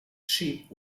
sheep